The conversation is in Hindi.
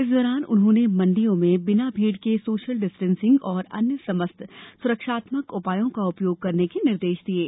इस दौरान उन्होंने मंडियों में बिना भीड़ के सोशल डिस्टेंसिंग तथा अन्य समस्त सुरक्षात्मक उपायों का उपयोग करने के निर्देश दिए हैं